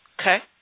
okay